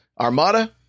Armada